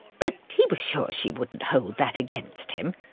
but he was sure she wouldn't hold that against him.